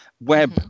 Web